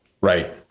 Right